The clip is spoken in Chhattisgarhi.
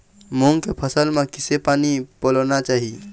मूंग के फसल म किसे पानी पलोना चाही?